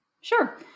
Sure